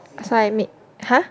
so I meet !huh!